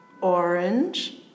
orange